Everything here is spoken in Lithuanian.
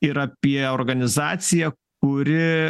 ir apie organizaciją kuri